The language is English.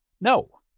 No